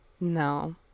No